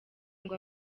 ngo